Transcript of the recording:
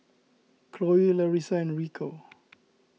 Cloe Larissa and Rico